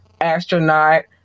astronaut